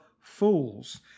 fools